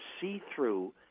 see-through